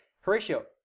Horatio